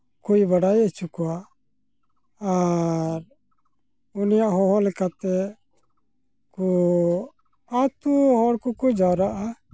ᱠᱚᱭ ᱵᱟᱰᱟᱭ ᱦᱚᱪᱚ ᱠᱚᱣᱟ ᱟᱨ ᱩᱱᱤᱭᱟᱜ ᱦᱚᱦᱚ ᱞᱮᱠᱟᱛᱮ ᱠᱚ ᱟᱛᱳ ᱦᱚᱲ ᱠᱚᱠᱚ ᱡᱟᱣᱨᱟᱜᱼᱟ